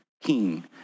king